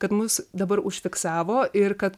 kad mus dabar užfiksavo ir kad